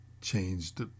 changed